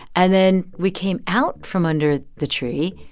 and then we came out from under the tree,